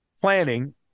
planning